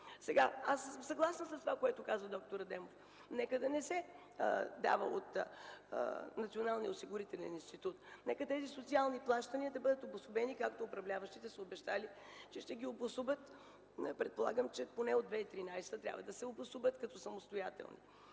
отпуски. Съгласна съм с казаното от д-р Адемов, нека да не се дава от Националния осигурителен институт. Нека тези социални плащания да бъдат обособени така както управляващите са обещали да ги обособят. Предполагам че от 2013 г. трябва да се обособят като самостоятелни.